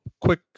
quick